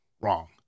Wrong